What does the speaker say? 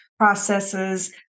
processes